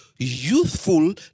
youthful